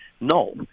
no